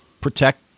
protect